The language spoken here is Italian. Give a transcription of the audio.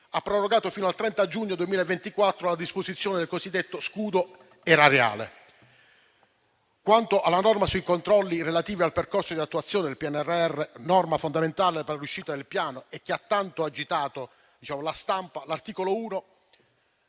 prorogata fino al 30 giugno 2024 la disposizione del cosiddetto scudo erariale. Quanto alla norma sui controlli relativi al percorso di attuazione del PNRR - una norma fondamentale per la riuscita del Piano e che ha tanto agitato la stampa - l'articolo 1